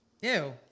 Ew